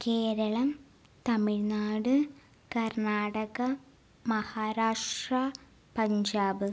Keralam Tamil Nadu Karnataka Maharashtra Punjab